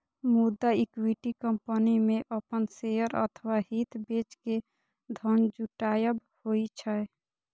मुदा equity company मे अपन शेयर अथवा हित बेच के धन जुटायब होइ छै